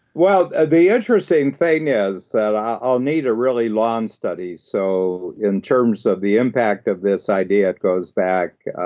well, the interesting thing is that i'll need a really long study. so in terms of the impact of this idea, it goes back,